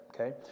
Okay